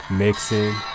mixing